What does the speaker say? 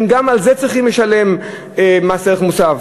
הם גם על זה צריכים לשלם מס ערך מוסף.